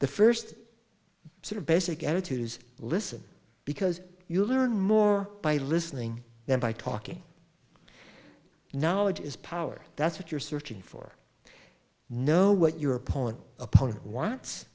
the first sort of basic attitude is listen because you learn more by listening than by talking knowledge is power that's what you're searching for know what your opponent opponent